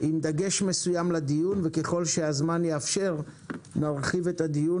עם דגש מסוים לדיון וככול שהזמן יאפשר נרחיב את הדיון